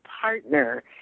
partner